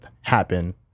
happen